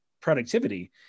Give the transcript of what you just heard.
productivity